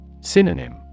Synonym